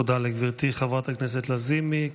תודה רבה לגברתי חברת הכנסת לזימי.